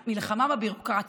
המלחמה בביורוקרטיה.